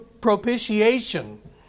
propitiation